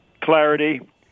clarity